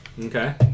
Okay